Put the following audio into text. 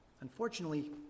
Unfortunately